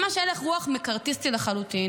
ממש הלך רוח מקארתיסטי לחלוטין.